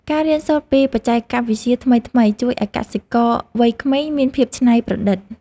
ការរៀនសូត្រពីបច្ចេកវិទ្យាថ្មីៗ ជួយឱ្យកសិករវ័យក្មេងមានភាពច្នៃប្រឌិត។